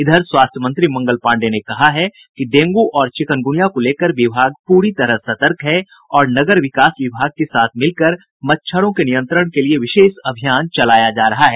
इधर स्वास्थ्य मंत्री मंगल पाण्डेय ने कहा है कि डेंगू और चिकनगुनिया को लेकर विभाग पूरी तरह सतर्क है और नगर विकास विभाग के साथ मिलकर मच्छरों के नियंत्रण के लिये विशेष अभियान चलाया जा रहा है